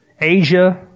Asia